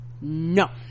no